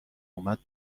اومد